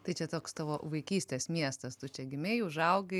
tai čia toks tavo vaikystės miestas tu čia gimei užaugai